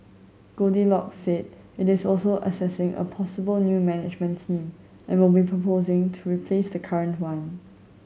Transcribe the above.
goldilocks said it is also assessing a possible new management team and will be proposing to replace the current one